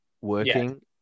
working